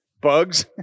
Bugs